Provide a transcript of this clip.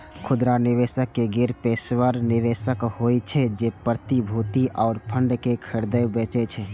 खुदरा निवेशक गैर पेशेवर निवेशक होइ छै, जे प्रतिभूति आ फंड कें खरीदै बेचै छै